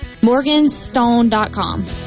Morganstone.com